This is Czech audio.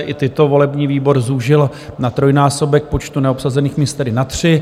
I tyto volební výbor zúžil na trojnásobek počtu neobsazených míst, tedy na tři.